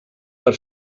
per